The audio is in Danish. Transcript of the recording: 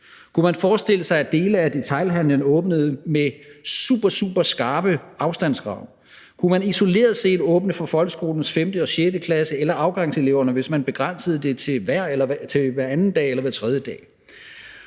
Kunne man forestille sig, at dele af detailhandlen åbnede med superskarpe afstandskrav? Kunne man isoleret set åbne for folkeskolens 5. og 6. klasse eller afgangseleverne, hvis man begrænsede det til hver anden dag eller hver tredje dag?